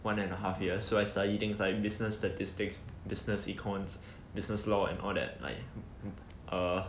one and a half years so I study things like business statistics business econs business law and all that like err